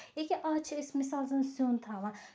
یہ کیاہ آز چھِ أسۍ مَثال زَن سیُن تھاوان